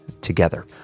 together